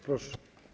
Proszę.